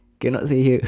cannot say here